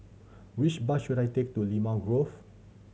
which bus should I take to Limau Grove